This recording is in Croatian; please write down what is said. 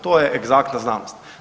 To je egzaktna znanost.